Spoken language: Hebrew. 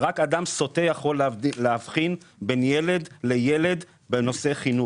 אדם סוטה יכול להבחין בין ילד לילד בנושא חינוך.